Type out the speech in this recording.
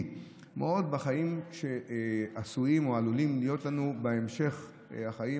בחיים שעשויים או עלולים להיות לנו בהמשך החיים,